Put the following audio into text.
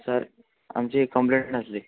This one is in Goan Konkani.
सर आमची एक कंप्लेन आसली